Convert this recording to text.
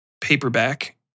paperback